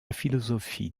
philosophie